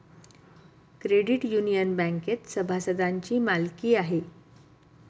credit union बँकेत सभासदांची मालकी आहे